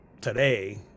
today